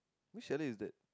which area is that